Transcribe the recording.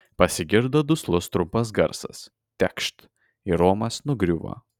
pasigirdo duslus trumpas garsas tekšt ir romas nugriuvo